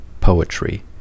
poetry